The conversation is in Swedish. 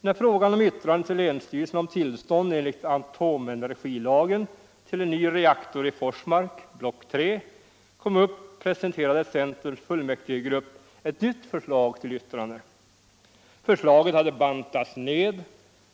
När frågan om yttrande till länsstyrelsen om tillstånd enligt atomenergilagen till en ny reaktor i Forsmark — det tredje blocket —- kom upp presenterade centerns fullmäktigegrupp ett nytt förslag till yttrande. Förslaget hade bantats ned.